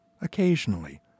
occasionally